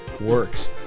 works